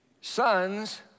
sons